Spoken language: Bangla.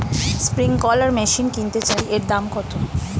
স্প্রিংকলার মেশিন কিনতে চাই এর দাম কত?